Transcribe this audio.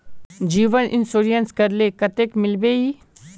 जीवन इंश्योरेंस करले कतेक मिलबे ई?